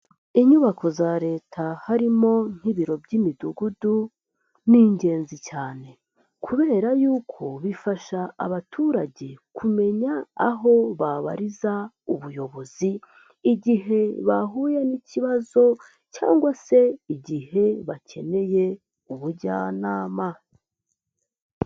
Inyubako za Leta harimo nk'ibiro by'imidugudu ni ingenzi cyane kubera yuko bifasha abaturage kumenya aho babariza ubuyobozi igihe bahuye n'ikibazo cyangwa se igihe bakeneye ubujyanama.